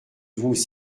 vous